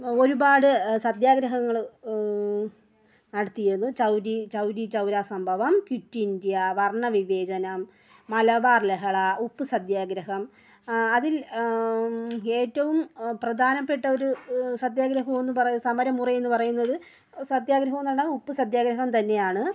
ഒരുപാട് സത്യാഗ്രഹങ്ങൾ നടത്തിയത് ചൗരി ചൗരി ചൗരാ സംഭവം ക്വിറ്റ് ഇന്ത്യ വർണ്ണ വിവേചനം മലബാർ ലഹള ഉപ്പ് സത്യാഗ്രഹം അതിൽ ഏറ്റവും പ്രധാനപ്പെട്ട ഒരു സത്യാഗ്രഹം എന്ന് പറയു സമരമുറ എന്ന് പറയുന്നത് സത്യാഗ്രഹം എന്ന് പറഞ്ഞത് ഉപ്പുസത്യാഗ്രഹം തന്നെയാണ്